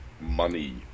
money